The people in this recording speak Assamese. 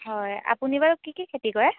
হয় আপুনি বাৰু কি কি খেতি কৰে